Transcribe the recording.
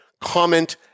comment